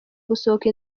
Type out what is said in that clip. gusohoka